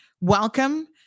Welcome